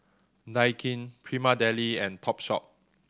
Daikin Prima Deli and Topshop